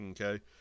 Okay